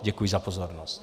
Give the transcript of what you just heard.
Děkuji za pozornost.